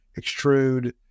extrude